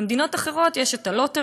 במדינות אחרות יש את ה-Lottery.